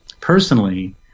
personally